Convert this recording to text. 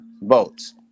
votes